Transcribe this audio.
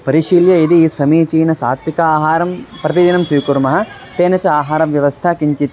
परिशील्य यदि समीचीनं सात्विकाहारं प्रतिदिनं स्वीकुर्मः तेन च आहारव्यवस्था किञ्चित्